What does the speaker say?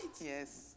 Yes